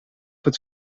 het